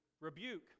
rebuke